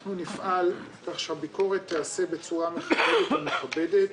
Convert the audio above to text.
אנחנו נפעל כך שהביקורת תיעשה בצורה מכבדת ומכובדת.